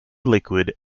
liquid